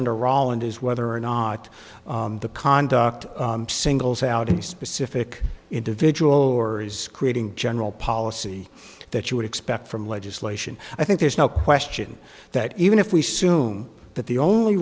under rolland is whether or not the conduct singles out a specific individual or is creating general policy that you would expect from legislation i think there's no question that even if we soon that the only